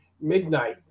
midnight